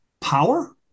Power